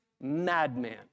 madman